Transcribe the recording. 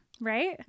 right